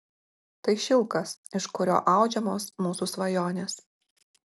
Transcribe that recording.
tai šilkas iš kurio audžiamos mūsų svajonės